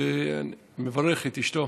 אני מברך את אשתו